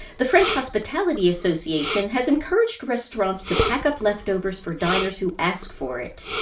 the french hospitality association has encouraged restaurants to pack up leftovers for diners who ask for it.